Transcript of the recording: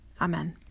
Amen